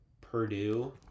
Purdue